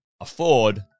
afford